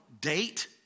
date